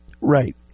Right